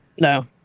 No